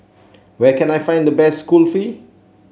where can I find the best Kulfi